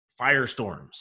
firestorms